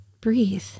breathe